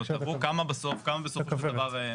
כמה בסופו של דבר?